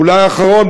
אולי אחרון,